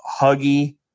Huggy